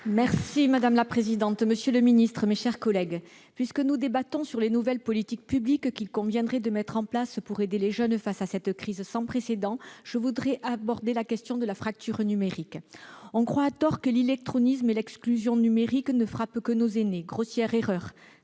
Madame la présidente, monsieur le secrétaire d'État, mes chers collègues, puisque nous débattons des nouvelles politiques publiques qu'il conviendrait de mettre en place pour aider les jeunes face à cette crise sans précédent, je voudrais aborder la question de la fracture numérique. On croit à tort que l'illectronisme et l'exclusion numérique ne frappent que nos aînés. Grossière erreur